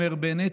אומר בנט,